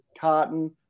carton